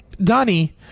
Donnie